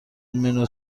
منو